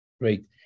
Great